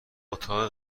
اتاق